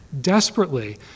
desperately